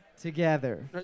Together